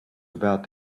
about